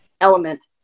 element